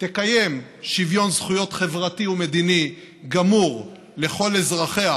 תקיים שוויון זכויות חברתי ומדיני גמור לכל אזרחיה,